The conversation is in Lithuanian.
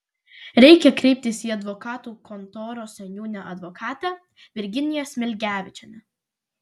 reikia kreiptis į advokatų kontoros seniūnę advokatę virginiją smilgevičienę